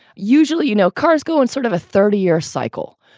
usually, you know, cars go in sort of a thirty year cycle,